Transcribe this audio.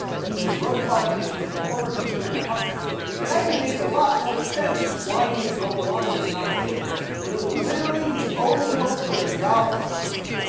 he was a broke politician and former conservative huckster. and it actually makes a lot more sense why he would go along with the nomination when it was literally his only hope for a job at the time.